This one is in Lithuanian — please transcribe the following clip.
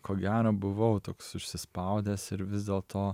ko gero buvau toks užsispaudęs ir vis dėlto